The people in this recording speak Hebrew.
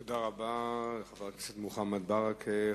תודה רבה לחבר הכנסת מוחמד ברכה.